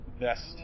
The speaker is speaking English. Best